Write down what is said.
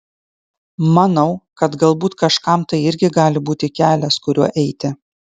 manau kad galbūt kažkam tai irgi gali būti kelias kuriuo eiti